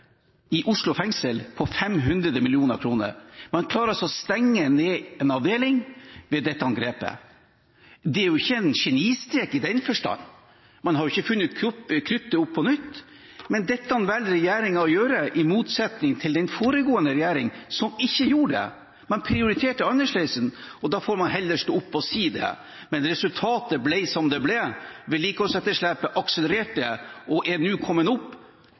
i Oslo fengsel på 500 mill. kr. Man klarer å stenge ned en avdeling ved dette grepet. Det er jo ikke en genistrek i den forstand, man har ikke funnet opp kruttet på nytt. Men dette valgte regjeringen å gjøre, i motsetning til den foregående regjeringen, som ikke gjorde det. Den prioriterte annerledes, og da får man heller stå opp og si det. Resultatet ble som det ble, vedlikeholdsetterslepet akselererte og